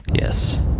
yes